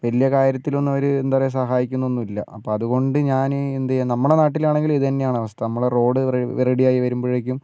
വലിയ കാര്യത്തിലൊന്നും അവര് എന്താ പറയുക സഹായിക്കുന്നൊന്നും ഇല്ല അപ്പൊൾ അതുകൊണ്ട് ഞാന് എന്ത് നമ്മുടെ നാട്ടിൽ ആണെങ്കിലും ഇതു തന്നെയാണ് അവസ്ഥ നമ്മുടെ റോഡ് റെഡി റെഡിയായി വരുമ്പോഴേക്കും